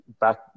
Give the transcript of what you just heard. back